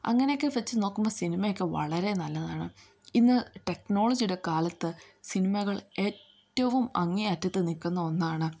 അങ്ങനെയൊക്കെ വച്ചു നോക്കുമ്പോൾ സിനിമയൊക്കെ വളരെ നല്ലതാണ് ഇന്ന് ടെക്നോളജിയുടെ കാലത്ത് സിനിമകൾ ഏറ്റവും അങ്ങേയറ്റത്ത് നില്ക്കുന്ന ഒന്നാണ്